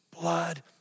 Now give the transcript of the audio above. blood